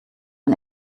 ein